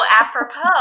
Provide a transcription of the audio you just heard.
apropos